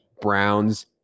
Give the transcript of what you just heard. Browns